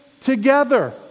together